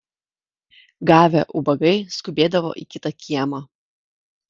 gavę ubagai skubėdavo į kitą kiemą